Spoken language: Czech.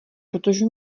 protože